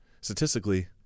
Statistically